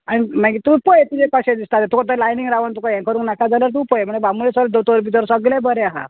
आनी मागीर तूं पय तुजें कशें दिसता तें तुका तें लायनीन रावन तुका हें करूंक नाका जाल्यार तूं पय मागीर बांबोळे सोगळे दोतोर भितर सोगळे बोरें आहा